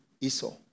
Esau